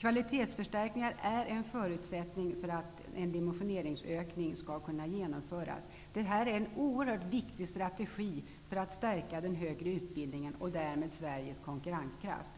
Kvalitetsförstärkningar är en förutsättning för att en dimensioneringsökning skall kunna genomföras. Detta är en oerhört viktig strategi för att stärka den högre utbildningen, och därmed Sveriges konkurrenskraft.